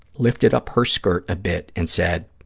lifted up her skirt a bit and said,